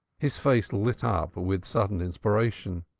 his face lit up with sudden inspiration.